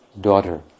daughter